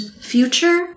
future